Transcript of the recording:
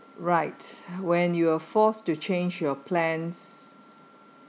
right when you were forced to change your plans